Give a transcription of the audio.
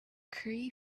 curry